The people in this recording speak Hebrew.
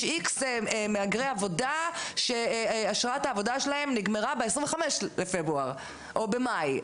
יש X מהגרי עבודה שאשרת העבודה שלהם נגמרה ב-25 בפברואר או במאי,